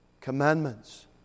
commandments